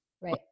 Right